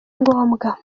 ngombwa